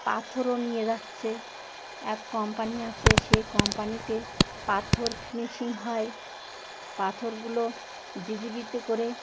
পাথরও নিয়ে যাচ্ছে এক কোম্পানি আছে সেই কোম্পানিতে পাথর ফিনিশিং হয় পাথরগুলো জে সি বিতে করে